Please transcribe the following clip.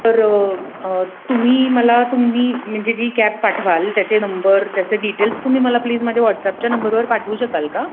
तर तुम्ही मला तुम्ही म्हणजे जी कॅब पाठवाल त्याचे नंबर त्याचे डिटेल्स तुम्ही मला प्लीज माझे व्हॉटसअपच्या नंबरवर पाठवू शकाल का